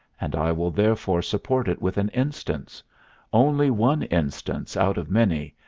and i will therefore support it with an instance only one instance out of many,